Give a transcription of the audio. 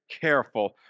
Careful